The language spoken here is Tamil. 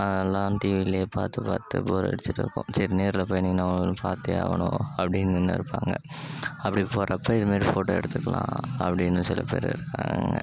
அதெல்லாம் டிவிலேயே பார்த்து பார்த்து போர் அடிச்சிட்டுருக்கும் சரி நேரில் போய் இன்னைக்கி நாம் பார்த்தே ஆகணும் அப்படின்னு நின்றுருப்பாங்க அப்படி போகிறப்ப இது மாரி ஃபோட்டோ எடுத்துக்கலாம் அப்படின்னு சில பேர் இருக்காங்க